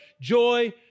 joy